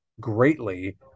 greatly